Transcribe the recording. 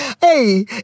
Hey